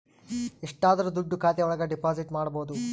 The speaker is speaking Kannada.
ಎಷ್ಟಾದರೂ ದುಡ್ಡು ಖಾತೆ ಒಳಗ ಡೆಪಾಸಿಟ್ ಮಾಡ್ಬೋದು